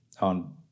on